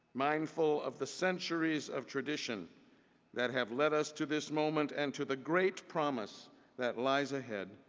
mindful of the centuries of tradition that have lead us to this moment and to the great promise that lies ahead,